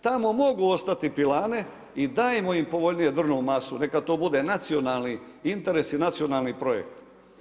Tamo mogu ostati pilane i dajmo im povoljniju drvnu masu neka to bude nacionalni interes i nacionalni projekt.